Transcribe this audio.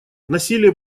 насилие